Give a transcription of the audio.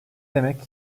demek